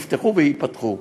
נפתחו וייפתחו,